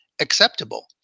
acceptable